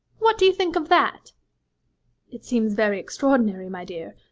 what do you think of that it seems very extraordinary, my dear.